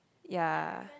ya